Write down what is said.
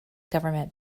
government